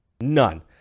None